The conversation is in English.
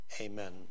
amen